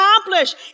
accomplish